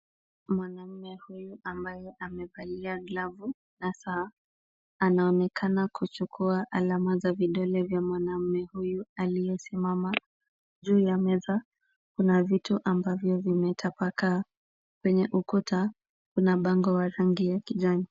Mwanamume huyu ambaye amevalia glavu na saa anaonekana kuchukua alama za vidole vya mwanamume huyu aliyesimama. Juu ya meza kuna vitu ambavyo vimetapakaa. Kwenye ukuta kuna bango wa rangi ya kijani.